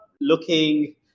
Looking